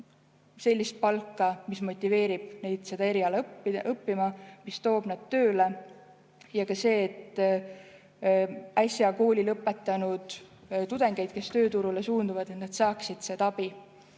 sellist palka, mis motiveerib neid seda eriala õppima ja toob nad tööle. Ja oluline on ka see, et äsja kooli lõpetanud tudengid, kes tööturule suunduvad, saaksid seda abi.